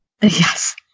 yes